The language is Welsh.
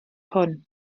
hwn